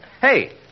Hey